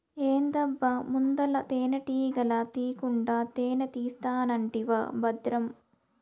ఏందబ్బా ముందల తేనెటీగల తీకుండా తేనే తీస్తానంటివా బద్రం